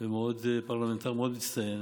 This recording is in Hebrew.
ופרלמנטר מאוד מצטיין.